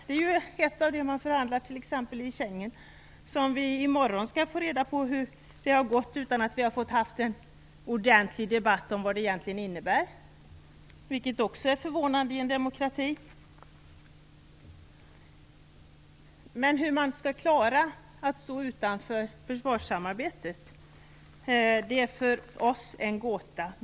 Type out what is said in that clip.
Det är en av de saker man förhandlar i t.ex. Schengen och som vi i morgon skall få reda på hur det har gått, utan att vi har fått ha en ordentlig debatt om vad det egentligen innebär, vilket också är förvånande i en demokrati. Men hur man skall klara att stå utanför försvarssamarbetet är för oss en gåta.